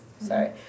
Sorry